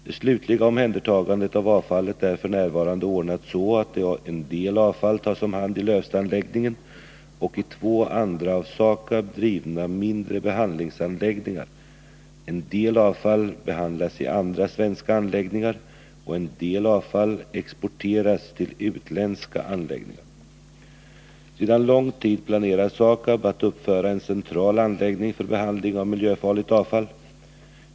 Det slutliga omhändertagandet av avfallet är f. n. ordnat så att en del avfall tas om hand i Lövstaanläggningen och i två andra av SAKAB drivna mindre behandlingsanläggningar, en del avfall behandlas i andra svenska anläggningar och en del avfall exporteras till utländska anläggningar. Sedan lång tid planerar SAKAB att uppföra en central anläggning för behandling av miijöfarligt avfall.